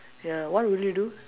ya what will you do